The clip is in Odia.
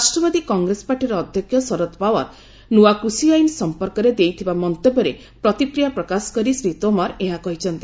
ରାଷ୍ଟ୍ରବାଦୀ କଂଗ୍ରେସ ପାର୍ଟିର ଅଧ୍ୟକ୍ଷ ଶରତ ପାୱାର ନୂଆ କୁଷି ଆଇନ ସମ୍ପର୍କରେ ଦେଇଥିବା ମନ୍ତବ୍ୟରେ ପ୍ରତିକ୍ରିୟା ପ୍ରକାଶ କରି ଶ୍ରୀ ତୋମାର ଏହା କହିଛନ୍ତି